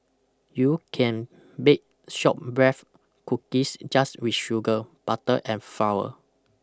you can bake shortbreads cookies just with sugar butter and flour